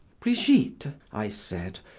brigitte, i said,